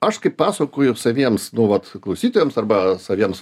aš kaip pasakoju saviems nu vat klausytojams arba saviems